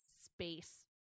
space